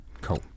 cool